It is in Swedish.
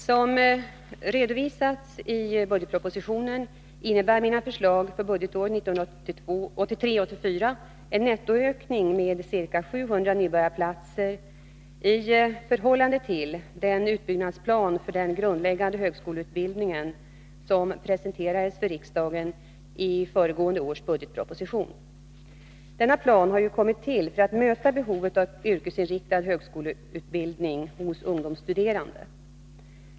Som redovisas i budgetpropositionen innebär mina förslag för budgetåret 1983/84 en nettoökning med ca 700 nybörjarplatser i förhållande till den utbyggnadsplan för den grundläggande högskoleutbildningen som presenterades för riksdagen i föregående års budgetproposition. Denna plan har ju kommit till för att möta behovet av yrkesinriktad högskoleutbildning hos ungdomsstuderande.